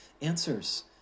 answers